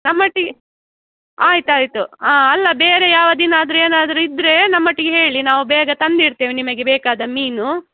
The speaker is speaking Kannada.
ನಮ್ಮೊಟ್ಟಿಗ್ ಆಯ್ತು ಆಯಿತು ಅಲ್ಲ ಬೇರೆ ಯಾವದಿನ ಆದರು ಏನಾದರು ಇದ್ರೆ ನಮ್ಮೊಟ್ಟಿಗೆ ಹೇಳಿ ನಾವು ಬೇಗ ತಂದಿಡ್ತೇವೆ ನಿಮಗೆ ಬೇಕಾದ ಮೀನು